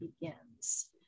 begins